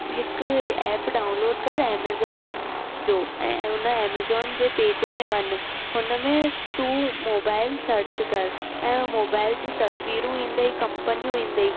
हिकु app download कर Amazon जो ऐं उन एमेजॉन जे पेज में वञ हुनमें तू मोबाइल सर्च कर ऐं हो मोबाइल जूं तस्वीरू ईंदई कंपनियूं ईंदई